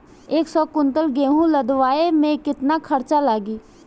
एक सौ कुंटल गेहूं लदवाई में केतना खर्चा लागी?